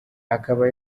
akaba